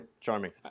Charming